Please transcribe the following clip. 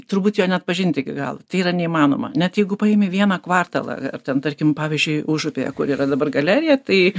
turbūt jo net pažinti iki galo tai yra neįmanoma net jeigu paimi vieną kvartalą ar ten tarkim pavyzdžiui užupyje kur yra dabar galerija tai